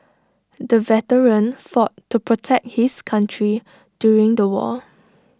the veteran fought to protect his country during the war